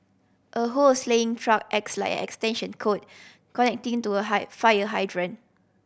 a hose laying truck acts like an extension cord connecting to a fire hydrant